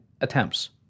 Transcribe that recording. attempts